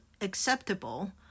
acceptable